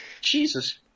Jesus